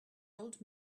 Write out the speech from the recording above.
old